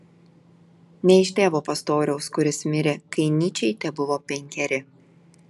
ne iš tėvo pastoriaus kuris mirė kai nyčei tebuvo penkeri